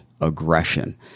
aggression